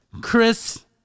Chris